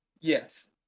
Yes